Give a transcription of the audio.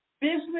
business